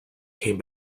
came